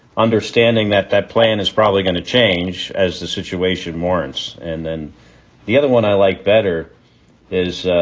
understanding that that plan is probably going to change as the situation warrants. and then the other one i like better is